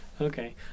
okay